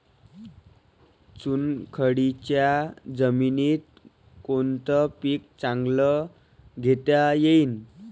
चुनखडीच्या जमीनीत कोनतं पीक चांगलं घेता येईन?